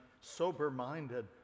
sober-minded